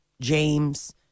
James